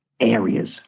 areas